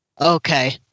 Okay